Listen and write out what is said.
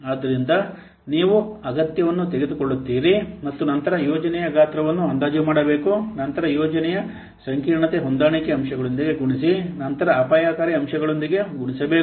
ಆದ್ದರಿಂದ ನೀವು ಅಗತ್ಯವನ್ನು ತೆಗೆದುಕೊಳ್ಳುತ್ತೀರಿ ಮತ್ತು ನಂತರ ಯೋಜನೆಯ ಗಾತ್ರವನ್ನು ಅಂದಾಜು ಮಾಡಬೇಕು ನಂತರ ಯೋಜನೆಯ ಸಂಕೀರ್ಣತೆ ಹೊಂದಾಣಿಕೆ ಅಂಶಗಳೊಂದಿಗೆ ಗುಣಿಸಿ ನಂತರ ಅಪಾಯಕಾರಿ ಅಂಶಗಳೊಂದಿಗೆ ಗುಣಿಸಬೇಕು